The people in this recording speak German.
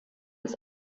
ist